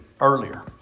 earlier